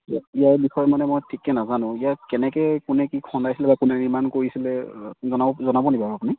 ইয়াৰ বিষয়ে মানে মই ঠিককে নাজানো ইয়াত কেনেকে কোনে কি খন্দাইছিলে বা কোনে নিৰ্মাণ কৰিছিলে জনাব জনাব নি বাৰু আপুনি